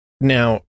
now